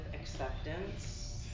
acceptance